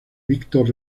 víctor